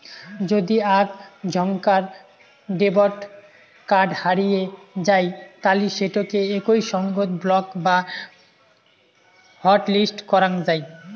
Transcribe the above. যদি আক ঝন্কার ডেবট কার্ড হারিয়ে যাই তালি সেটোকে একই সঙ্গত ব্লক বা হটলিস্ট করাং যাই